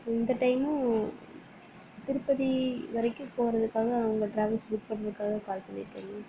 இந்த டயமும் திருப்பதி வரைக்கும் போவதுக்காக உங்கள் டிராவல்ஸ் புக் பண்ணுறதுக்காக கால் பண்ணியிருக்கேங்க